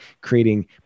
creating